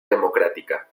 democrática